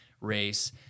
race